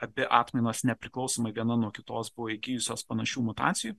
abi atmainos nepriklausomai viena nuo kitos buvo įgijusios panašių mutacijų